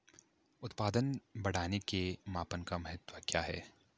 उत्पादन बढ़ाने के मापन का महत्व क्या है?